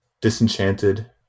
Disenchanted